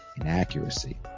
inaccuracy